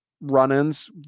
run-ins